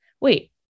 Wait